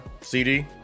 CD